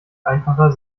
einfacher